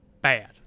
bad